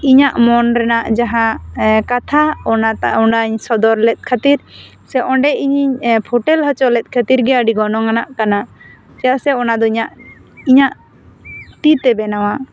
ᱤᱧᱟᱹᱜ ᱢᱚᱱ ᱨᱮᱱᱟᱜ ᱡᱟᱦᱟᱸ ᱠᱟᱛᱷᱟ ᱚᱱᱟ ᱚᱱᱟᱹᱧ ᱥᱚᱫᱚᱨ ᱞᱮᱫ ᱠᱷᱟᱹᱛᱤᱨ ᱥᱮ ᱚᱸᱰᱮ ᱤᱧᱤᱧ ᱯᱷᱩᱴᱮᱞ ᱚᱪᱚ ᱞᱮᱫ ᱠᱷᱟᱹᱛᱤᱨ ᱜᱮ ᱟᱹᱰᱤ ᱜᱚᱱᱚᱝ ᱟᱱᱟᱜ ᱠᱟᱱᱟ ᱪᱮᱫᱟᱜ ᱥᱮ ᱚᱱᱟ ᱫᱚ ᱤᱧᱟᱹᱜ ᱤᱧᱟᱹᱜ ᱛᱤᱛᱮ ᱵᱮᱱᱟᱣᱟᱜ